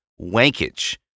wankage